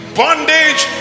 bondage